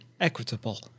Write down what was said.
equitable